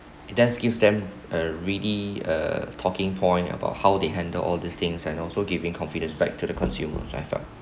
it does give them a ready a talking point about how they handle all these things and also giving confidence back to the consumer psy~